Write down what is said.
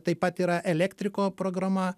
taip pat yra elektriko programa